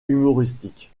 humoristiques